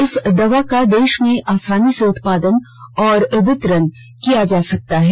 इस दवा का देश में आसानी से उत्पादन और वितरण किया जा सकता है